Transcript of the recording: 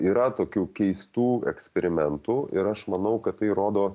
yra tokių keistų eksperimentų ir aš manau kad tai rodo